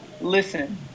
listen